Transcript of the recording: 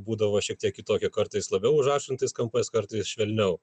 būdavo šiek tiek kitokia kartais labiau užrašantis kampais kartais švelniau